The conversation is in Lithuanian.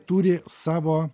turi savo